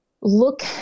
look